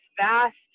vast